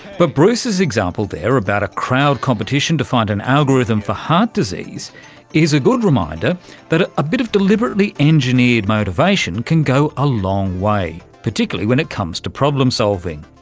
but bruce's example there about a crowd competition to find an algorithm for heart disease is a good reminder that a a bit of deliberately engineered motivation can go a long way, particularly when it comes to problem solving.